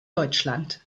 deutschland